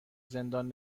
زندان